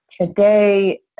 today